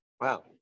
Wow